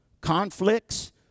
conflicts